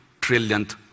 trillionth